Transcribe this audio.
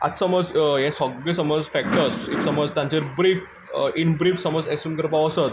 आतां समज हे सगळे समज फॅक्टर्स इफ समज तांचेर ब्रीफ इन ब्रीफ समज एस्यूम करपाक वचत